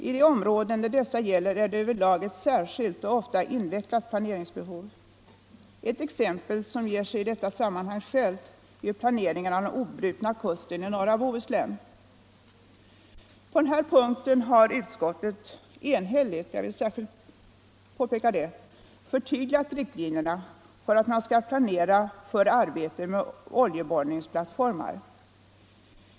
I de områden där dessa gäller är det över lag ett särskilt och ofta invecklat planeringsbehov. Ett exempel i detta sammanhang som ger sig självt är planeringen av den obrutna kusten i norra Bohuslän. På denna punkt har utskottet enhälligt — jag vill särskilt påpeka det — förtydligat riktlinjerna för var man skall planera för arbete med oljeborrningsplattformar.